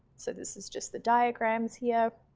so this is just the diagrams here.